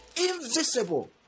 invisible